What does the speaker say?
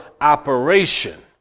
operation